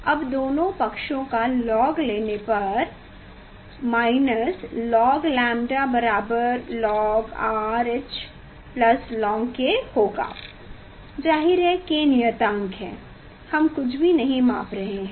अब दोनों पक्षों का log लेने पर ln 𝛌 lnRH lnK होगा जाहिर है K नियतांक है हम कुछ भी नहीं माप रहे हैं